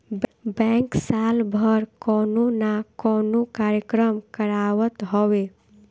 bank साल भर कवनो ना कवनो कार्यक्रम करावत हवे